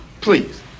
Please